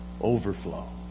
Overflow